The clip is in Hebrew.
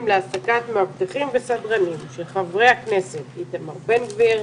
להעסקת מאבטחים וסדרנים של ח"כ איתמר בן גביר,